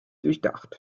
durchdacht